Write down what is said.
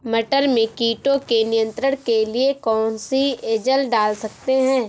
मटर में कीटों के नियंत्रण के लिए कौन सी एजल डाल सकते हैं?